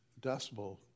decibel